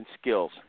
skills